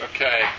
Okay